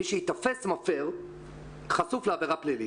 מי שייתפס מפר חשוף לעבירה פלילית.